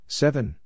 seven